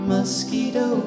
Mosquito